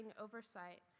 oversight